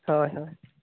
ᱦᱳᱭ ᱦᱳᱭ